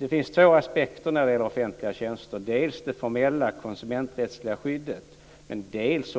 Det finns två aspekter när det gäller offentliga tjänster: dels det formella konsumenträttsliga skyddet, dels